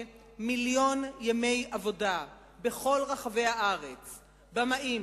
מיליון ימי עבודה בכל רחבי הארץ לבמאים,